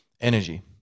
energy